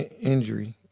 injury